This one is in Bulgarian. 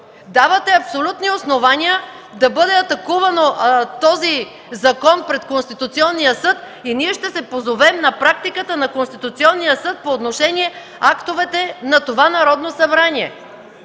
Давате абсолютни основания този закон да бъде атакуван от Конституционния съд и ние ще се позовем на практиката на Конституционния съд по отношение на актовете на това Народно събрание.